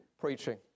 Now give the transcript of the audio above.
preaching